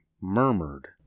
murmured